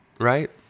right